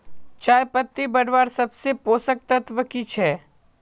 चयपत्ति बढ़वार सबसे पोषक तत्व की छे?